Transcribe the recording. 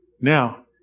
Now